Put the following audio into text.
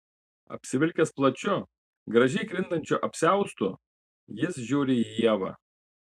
apsivilkęs plačiu gražiai krintančiu apsiaustu jis žiūri į ievą